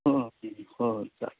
हो हो चाल